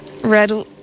red